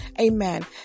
Amen